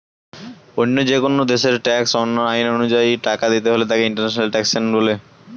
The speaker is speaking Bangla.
অন্য যেকোন দেশের ট্যাক্স আইন অনুযায়ী টাকা দিতে হলে তাকে ইন্টারন্যাশনাল ট্যাক্সেশন বলে